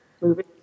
moving